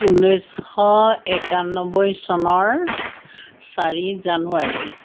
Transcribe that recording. ঊনৈছশ একান্নব্বৈ চনৰ চাৰি জানুৱাৰী